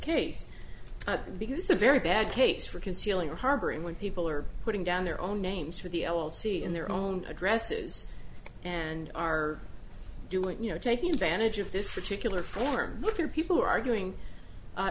case because a very bad case for concealing harboring when people are putting down their own names for the l l c in their own addresses and are doing you know taking advantage of this particular form look your people are arguing